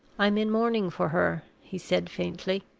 i'm in mourning for her, he said, faintly.